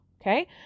Okay